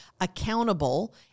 accountable